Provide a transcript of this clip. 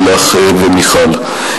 לילך ומיכל.